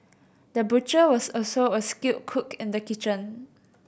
the butcher was also a skilled cook in the kitchen